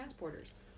transporters